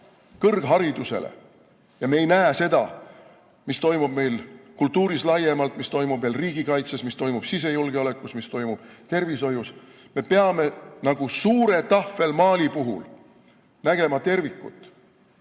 kõrgharidusele ja me ei näe seda, mis toimub meil kultuuris laiemalt, mis toimub riigikaitses, mis toimub sisejulgeolekus, mis toimub tervishoius. Me peame nagu suure tahvelmaali puhul nägema tervikut.